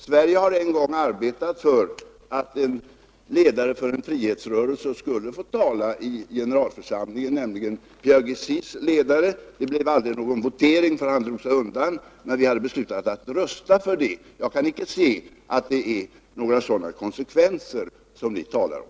Sverige har en gång arbetat för att en ledare för en frihetsrörelse skulle få tala i generalförsamlingen, nämligen PAIGC:s ledare. Det blev inte någon votering i frågan, eftersom ledaren i fråga drog sig undan, men vi hade beslutat att rösta för att han skulle få tala. Jag kan icke se några sådana konsekvenser som ni talar om.